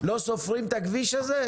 לא סופרים את הכביש הזה?